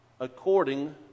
according